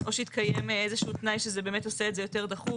או שהתקיים איזה שהוא תנאי שבאמת עושה את זה יותר דחוף,